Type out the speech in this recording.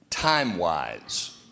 time-wise